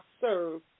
serve